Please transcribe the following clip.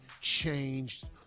changed